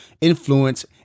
Influence